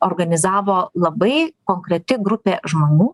organizavo labai konkreti grupė žmonių